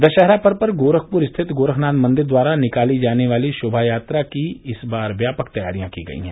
दशहरा पर्व पर गोरखपुर स्थित गोरखनाथ मंदिर द्वारा निकाली जाने वाली शोमायात्रा की भी इस बार व्यापक तैयारियां की गयी है